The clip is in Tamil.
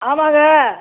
ஆமாங்க